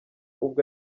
ubwo